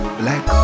black